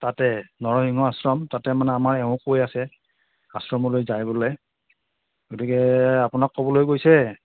তাতে নৰসিংহ আশ্ৰম তাতে মানে আমাৰ এওঁ কৈ আছে আশ্ৰমলৈ যায় বোলে গতিকে আপোনাক ক'বলৈ কৈছে